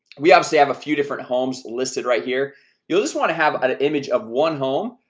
we obviously have a few different homes listed right here you'll just want to have an image of one home,